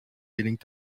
gelingt